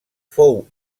fou